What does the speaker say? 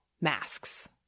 masks